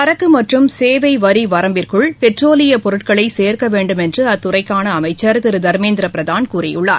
சரக்கு மற்றும் சேவை வரி வரம்புக்குள் பெட்ரோலியப் பொருட்களை சேர்க்க வேண்டும் என்று அத்துறைக்கான அமைச்சர் திரு தர்மேந்திர பிரதான் கூறியுள்ளார்